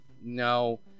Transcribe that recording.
No